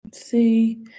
See